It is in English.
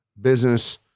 business